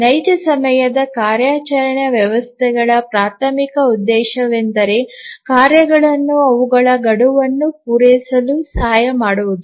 ನೈಜ ಸಮಯದ ಕಾರ್ಯಾಚರಣಾ ವ್ಯವಸ್ಥೆಗಳ ಪ್ರಾಥಮಿಕ ಉದ್ದೇಶವೆಂದರೆ ಕಾರ್ಯಗಳನ್ನು ಅವುಗಳ ಗಡುವನ್ನು ಪೂರೈಸಲು ಸಹಾಯ ಮಾಡುವುದು